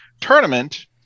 tournament